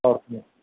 पावारखौ